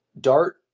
Dart